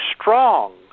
strong